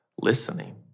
listening